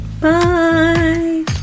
Bye